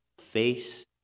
face